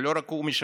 ולא רק הוא משקר,